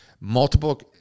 multiple